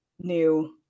new